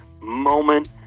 moment